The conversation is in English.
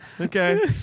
Okay